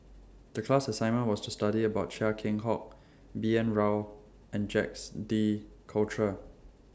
The class assignment was to study about Chia Keng Hock B N Rao and Jacques De Coutre